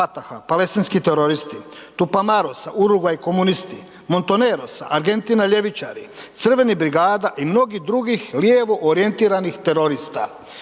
Fataha, Palestinski teroristi, Tupamarosa, Urugvaj i komunisti, Montonerosa, Argentina i ljevičari, Crvenih brigada i mnogih drugih lijevo orijentiranih terorista.